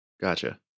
Gotcha